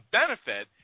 benefit